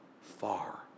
far